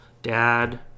dad